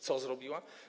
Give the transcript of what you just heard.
Co zrobiła?